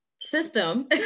system